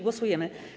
Głosujemy.